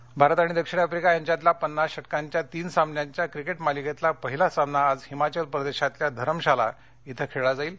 cricket Bharat आणि दक्षिण Africa यांच्यातल्या पन्नास षटकांच्या तीन सामन्यांच्या क्रिकेट मालिकेतला पहिला सामना आज हिमाचल प्रदेशातल्या धरमशाला इथं खेळला जाणार आहे